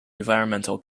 environmental